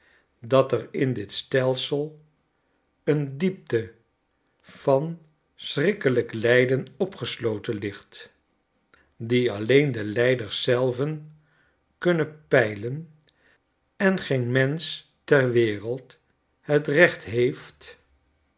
dat er in dit stelsel een diepte van schrikkelijk lijden opgesloten ligt die alleen de lijders zelven kunnen peilen en geen mensch ter wereld het recht heeft